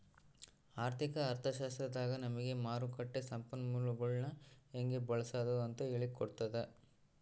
ಆರ್ಥಿಕ ಅರ್ಥಶಾಸ್ತ್ರದಾಗ ನಮಿಗೆ ಮಾರುಕಟ್ಟ ಸಂಪನ್ಮೂಲಗುಳ್ನ ಹೆಂಗೆ ಬಳ್ಸಾದು ಅಂತ ಹೇಳಿ ಕೊಟ್ತತೆ